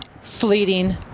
sleeting